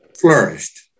flourished